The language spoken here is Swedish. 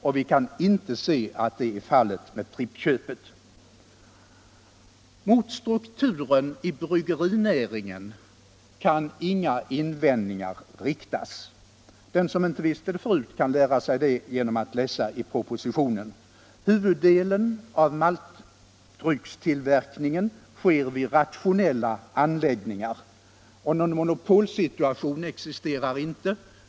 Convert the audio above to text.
Och vi kan inte se att — Förvärv av aktier i det är fallet med Pripp-köpet. AB Pripps Bryggeri Mot strukturen i bryggerinäringen kan inga invändningar riktas. Den = er som inte visste det förut kan lära sig det genom att läsa propositionen. Huvuddelen av maltdryckstillverkningen sker vid rationella anläggningar, och någon monopolsituation existerar inte.